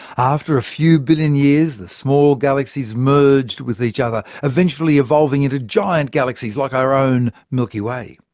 after a few billion years, the small galaxies merged with each other, eventually evolving into giant galaxies, like our own milky way.